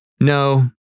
No